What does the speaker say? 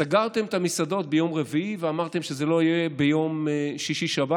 סגרתם את המסעדות ביום רביעי ואמרתם שזה לא יהיה ביום שישי-שבת,